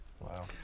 Wow